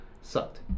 Sucked